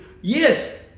Yes